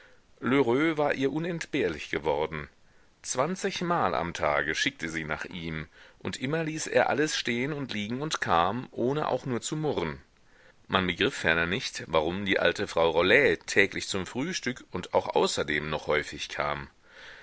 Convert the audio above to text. war ihr unentbehrlich geworden zwanzigmal am tage schickte sie nach ihm und immer ließ er alles stehen und liegen und kam ohne auch nur zu murren man begriff ferner nicht warum die alte frau rollet täglich zum frühstück und auch außerdem noch häufig kam